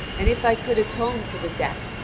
and if i could atone for the death,